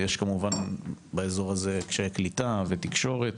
יש כמובן באזור קשיי קליטה ותקשורת,